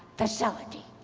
facility,